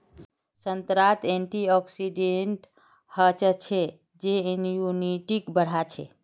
संतरात एंटीऑक्सीडेंट हचछे जे इम्यूनिटीक बढ़ाछे